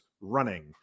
Running